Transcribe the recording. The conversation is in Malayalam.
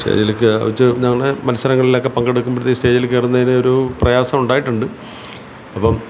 സ്റ്റേജിലൊക്കെ വെച്ച് ഞങ്ങൾ മത്സരങ്ങളിലൊക്കെ പങ്കെടുക്കുമ്പോഴത്തേ സ്റ്റേജിൽ കയറുന്നതിന് ഒരു പ്രയാസം ഉണ്ടായിട്ടുണ്ട് അപ്പം